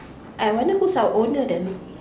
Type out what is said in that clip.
I wonder who's our owner then